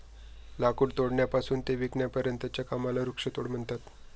लाकूड तोडण्यापासून ते विकण्यापर्यंतच्या कामाला वृक्षतोड म्हणतात